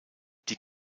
die